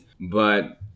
But-